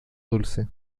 dulce